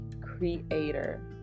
creator